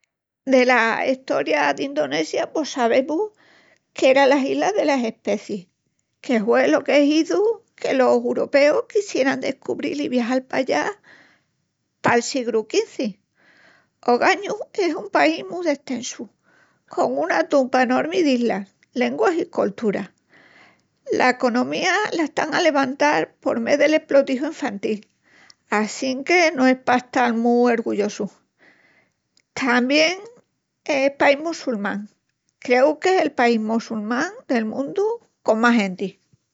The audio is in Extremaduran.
Dela Estoria d'Indonesia pos sabemus qu'eran las islas delas especis, que hue lo que hizu que los uropeus quixieran descubril i viajal pallá pal siegru XV. Ogañu es un país mu destensu con una tupa enormi d'islas, lenguas i colturas. La economía la están a levantal por mé del esplotiju infantil assínque no es pa estal mu ergullosus. Tamién es país mossulmán, creu qu'es el país mossulmán del mundu con más genti.